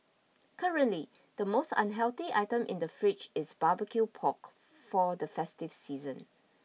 currently the most unhealthy item in the fridge is barbecued pork for the festive season